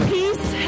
Peace